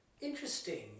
Interesting